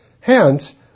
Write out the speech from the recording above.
Hence